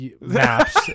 maps